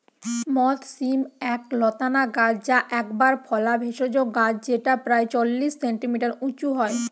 মথ শিম এক লতানা গাছ যা একবার ফলা ভেষজ গাছ যেটা প্রায় চল্লিশ সেন্টিমিটার উঁচু হয়